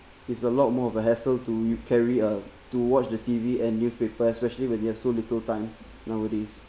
it's a lot more of a hassle to u~ carry uh to watch the T_V and newspaper especially when you have so little time nowadays